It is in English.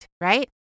right